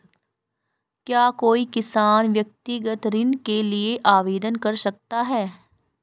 क्या कोई किसान व्यक्तिगत ऋण के लिए आवेदन कर सकता है?